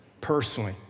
personally